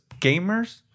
gamers